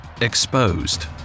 exposed